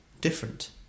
different